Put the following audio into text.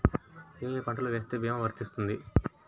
ఏ ఏ పంటలు వేస్తే భీమా వర్తిస్తుంది?